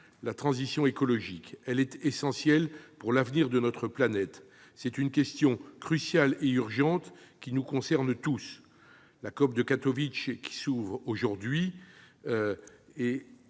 la transition écologique, essentielle pour l'avenir de notre planète. C'est une question cruciale et urgente qui nous concerne tous. La COP de Katowice s'ouvre aujourd'hui.